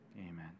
Amen